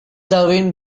darwin